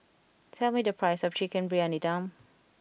tell me the price of Chicken Briyani Dum